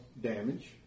damage